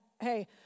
Hey